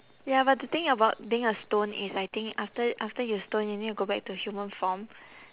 ya but the thing about being a stone is I think after after you stone you need to go back to human form